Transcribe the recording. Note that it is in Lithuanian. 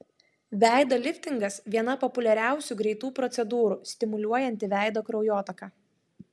veido liftingas viena populiariausių greitų procedūrų stimuliuojanti veido kraujotaką